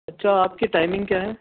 اچھا آپ کی ٹائمنگ کیا ہے